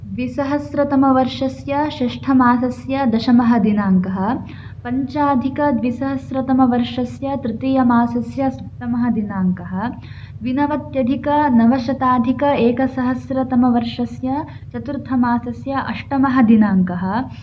द्विसहस्रतमवर्षस्य षष्ठमासस्य दशमः दिनाङ्कः पञ्चाधिकद्विसहस्रतमवर्षस्य तृतीयमासस्य सप्तमः दिनाङ्कः द्विनवत्यधिकनवशताधिक एकसहस्रतमवर्षस्य चतुर्थमासस्य अष्टमः दिनाङ्कः